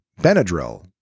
Benadryl